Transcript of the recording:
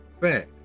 fact